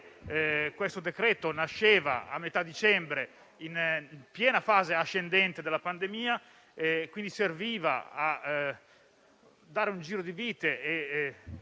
questo decreto nasceva a metà dicembre, in piena fase ascendente della pandemia. Quindi, serviva a dare un giro di vite e